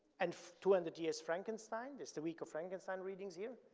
and two hundred years frankenstein, it's the week of frankenstein readings here.